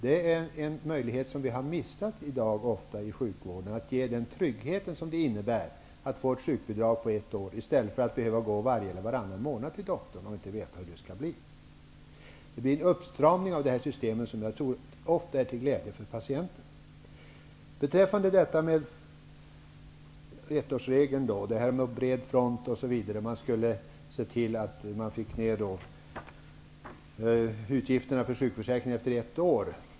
Det är en möjlighet som vi i dag ofta missar i sjukvården. Det innebär en trygghet att få ett sjukbidrag på ett år i stället för att behöva gå till doktorn var eller varannan månad och inte veta hur det skall bli. Det kommer att ske en uppstramning av detta system, som jag tror kommer att bli till glädje för patienterna. Berith Eriksson talade om ettårsregeln, bred front och att man skall se till att få ner utgifterna för sjukförsäkringen efter ett år.